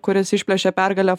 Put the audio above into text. kuris išplėšė pergalę